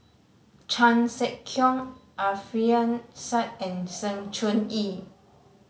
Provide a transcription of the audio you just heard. Chan Sek Keong Alfian Sa'at and Sng Choon Yee